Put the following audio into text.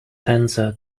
tensor